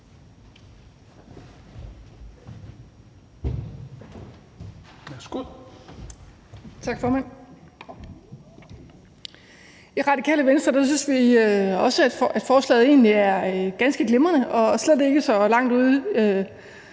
I Radikale Venstre synes vi også, at forslaget egentlig er ganske glimrende og slet ikke så langt ude